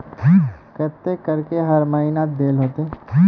केते करके हर महीना देल होते?